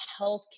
healthcare